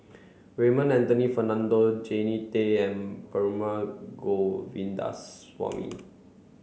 Raymond Anthony Fernando Jannie Tay and Perumal Govindaswamy